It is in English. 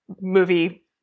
movie